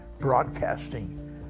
broadcasting